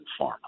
pharma